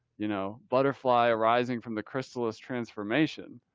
you know, butterfly arising from the chrysalis transformation,